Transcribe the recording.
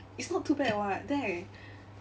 it's not too bad [what] then I